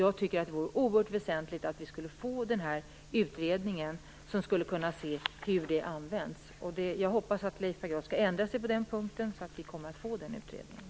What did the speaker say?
Jag tycker att det vore oerhört väsentligt att få en utredning som skulle kunna se på hur detta används. Jag hoppas att Leif Pagrotsky ändrar sig på den punkten, så att vi får den utredningen.